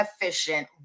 efficient